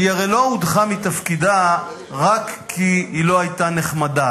היא הרי לא הודחה מתפקידה רק כי היא לא היתה נחמדה.